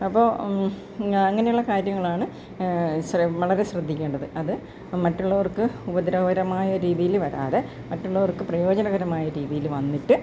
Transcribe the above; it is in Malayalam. അപ്പോൾ അങ്ങനെ ഉള്ള കാര്യങ്ങളാണ് വളരെ ശ്രദ്ധിക്കേണ്ടത് അത് മറ്റുള്ളവർക്ക് ഉപദ്രവകരമായ രീതിയില് വരാതെ മറ്റുള്ളവർക്ക് പ്രയോജനകരമായ രീതിയിൽ വന്നിട്ട്